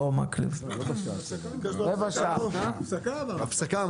אמרנו הפסקה.